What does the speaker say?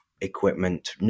equipment